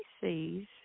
sees